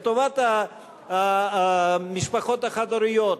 לטובת המשפחות החד-הוריות,